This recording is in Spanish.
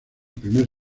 primer